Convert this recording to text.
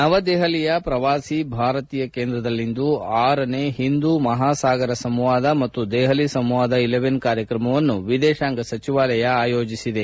ನವದೆಹಲಿಯ ಪ್ರವಾಸಿ ಭಾರತೀಯ ಕೇಂದ್ರದಲ್ಲಿಂದು ಆರನೇ ಹಿಂದೂ ಮಹಾಸಾಗರ ಸಂವಾದ ಮತ್ತು ದೆಹಲಿ ಸಂವಾದ ಇಲೆವೆನ್ ಕಾರ್ಯಕ್ರಮವನ್ನು ಎದೇಶಾಂಗ ವ್ಲವಹಾರಗಳ ಸಚಿವಾಲಯ ಆಯೋಜಿಸಿದೆ